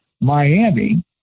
Miami